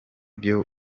byo